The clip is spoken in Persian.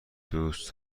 دوست